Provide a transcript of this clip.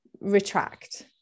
retract